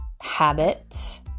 habit